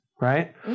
right